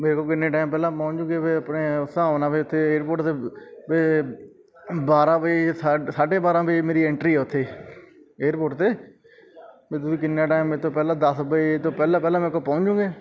ਮੇਰੇ ਕੋਲ ਕਿੰਨੇ ਟਾਈਮ ਪਹਿਲਾਂ ਪਹੁੰਚ ਜਾਓਗੇ ਵੀ ਆਪਣੇ ਉਸ ਹਿਸਾਬ ਨਾਲ ਵੀ ਇੱਥੇ ਏਅਰਪੋਰਟ 'ਤੇ ਵੀ ਬਾਰਾਂ ਵਜੇ ਸਾ ਸਾਢੇ ਬਾਰਾਂ ਵਜੇ ਮੇਰੀ ਐਂਟਰੀ ਆ ਉੱਥੇ ਏਅਰਪੋਰਟ 'ਤੇ ਵੀ ਤੁਸੀਂ ਕਿੰਨਾ ਟਾਈਮ ਮੇਰੇ ਤੋਂ ਪਹਿਲਾਂ ਦਸ ਵਜੇ ਤੋਂ ਪਹਿਲਾਂ ਪਹਿਲਾਂ ਮੇਰੇ ਕੋਲ ਪਹੁੰਚ ਜਾਓਗੇ